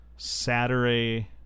Saturday